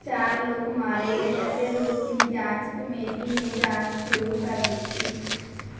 ਚਾਰ ਲੋਕ ਮਾਰੇ ਗਏ ਅਤੇ ਰੂਸ ਦੀ ਜਾਂਚ ਕਮੇਟੀ ਨੇ ਜਾਂਚ ਸ਼ੁਰੂ ਕਰ ਦਿੱਤੀ